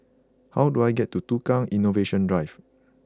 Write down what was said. how do I get to Tukang Innovation Drive